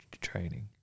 training